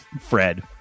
Fred